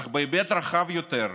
אך בהיבט רחב יותר,